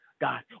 God